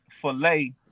Filet